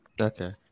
Okay